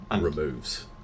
removes